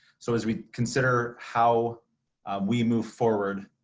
so as we consider how we move forward,